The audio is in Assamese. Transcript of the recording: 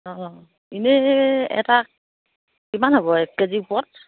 অঁ এনেই এটা কিমান হ'ব এক কেজি পোৱাত